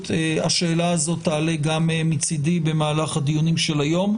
השאלה הזאת תעלה גם מצדי במהלך הדיונים של היום,